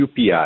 UPI